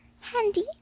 Handy